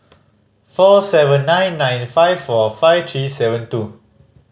four seven nine nine five four five three seven two